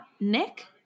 Nick